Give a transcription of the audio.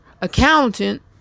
accountant